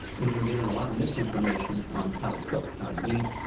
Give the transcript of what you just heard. we've been given a lot of misinformation on how to cook, how to eat,